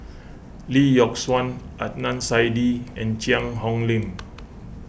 Lee Yock Suan Adnan Saidi and Cheang Hong Lim